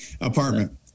apartment